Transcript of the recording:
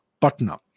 Patna